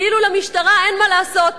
כאילו למשטרה אין מה לעשות,